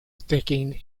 sticking